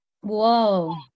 Whoa